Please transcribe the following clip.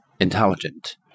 intelligent